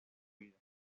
vida